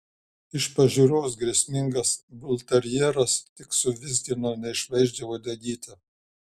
iš pažiūros grėsmingas bulterjeras tik suvizgino neišvaizdžią uodegytę